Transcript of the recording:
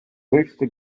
höchste